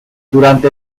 durante